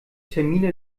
termine